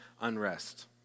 unrest